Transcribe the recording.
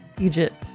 Egypt